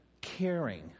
caring